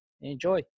Enjoy